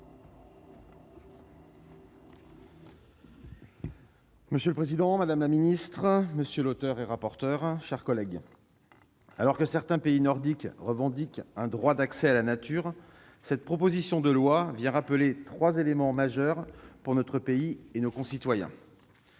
Monsieur le président, madame la secrétaire d'État, mes chers collègues, alors que certains pays nordiques revendiquent un droit d'accès à la nature, cette proposition de loi vient rappeler trois éléments majeurs pour notre pays et nos concitoyens.